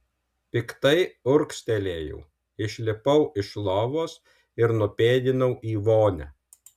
piktai urgztelėjau išlipau iš lovos ir nupėdinau į vonią